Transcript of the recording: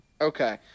Okay